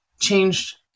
changed